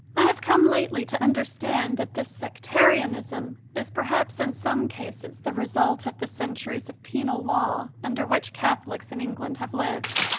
i have come lately to understand that this sec tarianism is perhaps in some cases the result of the centuries of penal law under which catholics in england have lived.